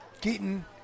Keaton